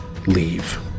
leave